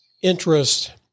Interest